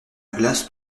glace